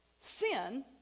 Sin